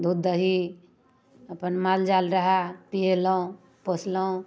दूध दही अपन माल जाल रहै पिएलहुँ पोसलहुँ